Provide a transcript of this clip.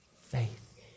faith